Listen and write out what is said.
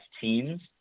teams